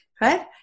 Right